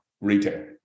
retail